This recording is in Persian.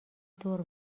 دور